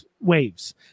waves